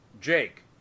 Jake